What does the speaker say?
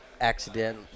accident